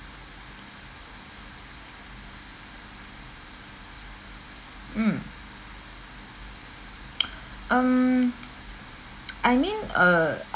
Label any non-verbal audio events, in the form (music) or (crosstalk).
mm (noise) um (noise) I mean err